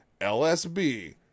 LSB